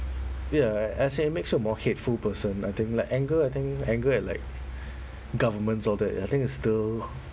ya as in it make you a more hateful person I think like anger I think anger at like governments all that I think it's still